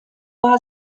war